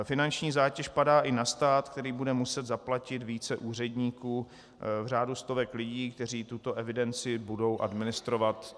Finanční zátěž padá i na stát, který bude muset zaplatit více úředníků v řádu stovek lidí, kteří tuto evidenci budou administrovat.